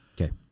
Okay